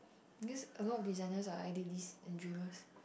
because a lot of designers are idealist and dreamers